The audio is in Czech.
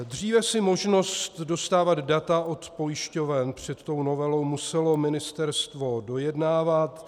Dříve si možnost dostávat data od pojišťoven před tou novelou muselo ministerstvo dojednávat.